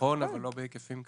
נכון, אבל לא בהיקפים כאלה.